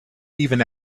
even